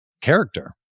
character